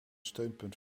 steunpunt